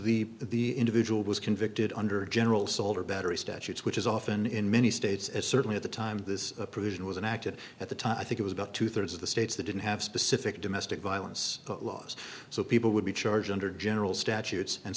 situations the individual was convicted under general solar battery statutes which is often in many states and certainly at the time this provision was an act it at the time i think it was about two thirds of the states that didn't have specific domestic violence laws so people would be charged under general statutes and